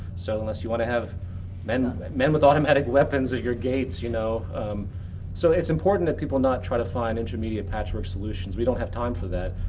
so unless you want to have men men with automatic weapons at your gates. you know so it's important that people not try to find intermediate patchwork solutions. we don't have time for that.